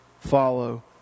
follow